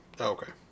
Okay